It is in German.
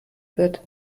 wird